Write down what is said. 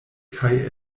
kaj